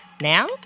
Now